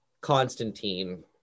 Constantine